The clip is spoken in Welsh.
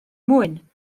mwyn